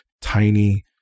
tiny